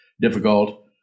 difficult